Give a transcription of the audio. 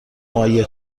ماهی